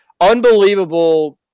Unbelievable